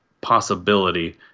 possibility